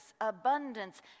abundance